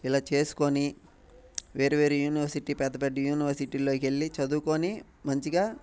ఇలా చేసుకుని వేరే వేరే యూనివర్సిటీ పెద్ద పెద్ద యూనివర్సిటీలోకి వెళ్ళి చదవుకొని మంచిగా